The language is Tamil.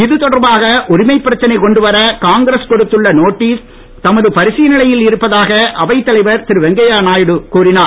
இதுதொடர்பாக உரிமை பிரச்சனை கொண்டு வர காங்கிரஸ் கொடுத்துள்ள நோட்டீஸ் தமது பரிசீலனையில் இருப்பதாக அவை தலைவர் திரு வெங்கையநாயுடு கூறினார்